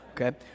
Okay